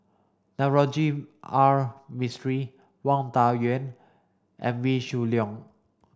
Navroji R Mistri Wang Dayuan and Wee Shoo Leong